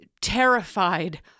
terrified